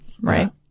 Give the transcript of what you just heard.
right